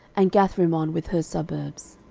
and gathrimmon with her suburbs